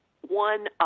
one